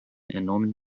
enormen